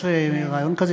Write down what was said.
יש רעיון כזה.